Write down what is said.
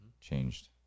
changed